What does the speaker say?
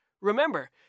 Remember